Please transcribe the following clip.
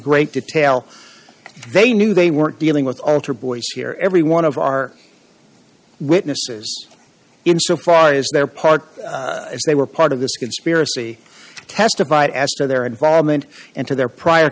great detail they knew they weren't dealing with altar boys here every one of our witnesses in so far as their part if they were part of this conspiracy testified as to their involvement and to their prior